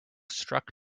struck